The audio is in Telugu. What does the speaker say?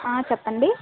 ఆ చెప్పండి